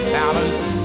balance